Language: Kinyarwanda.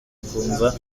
akumva